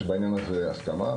יש בעניין הזה הסכמה,